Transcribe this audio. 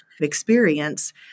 experience